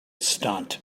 stunt